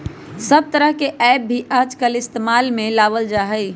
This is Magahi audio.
सब तरह के ऐप भी आजकल इस्तेमाल में लावल जाहई